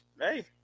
Hey